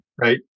right